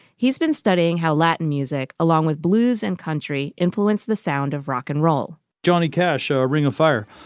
he's been studying how latin music along with blues and country influenced the sound of rock and roll johnny cash ah a ring of fire.